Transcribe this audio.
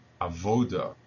avoda